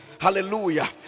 Hallelujah